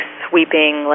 sweeping